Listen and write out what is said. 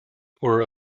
were